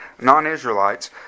non-Israelites